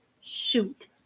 shoot